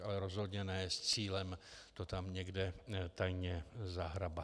Ale rozhodně ne s cílem to tam někde tajně zahrabat.